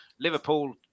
Liverpool